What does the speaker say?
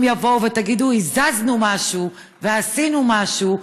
יבוא ותגידו: הזזנו משהו ועשינו משהו,